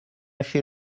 chez